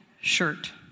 shirt